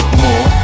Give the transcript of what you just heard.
more